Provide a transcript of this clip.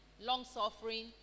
long-suffering